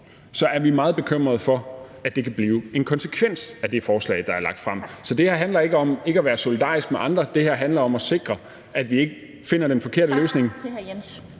er vi meget bekymrede for, at det kan blive en konsekvens af det forslag, der er lagt frem. Så det her handler ikke om ikke at være solidarisk med andre. Det her handler om at sikre, at vi ikke finder den forkerte løsning